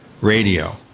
radio